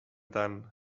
tant